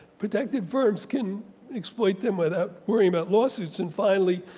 protected firms can exploit them without worrying about lawsuits and finally,